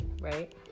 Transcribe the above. right